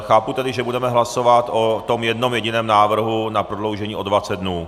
Chápu tedy, že budeme hlasovat o tom jednom jediném návrhu na prodloužení o 20 dnů.